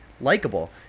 likable